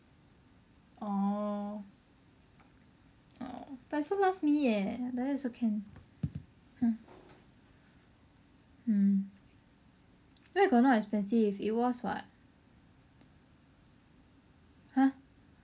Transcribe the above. orh orh but so last minute leh like that also can !huh! mm where got not expensive it was what !huh!